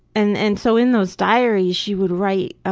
and and so in those diaries, she would write ah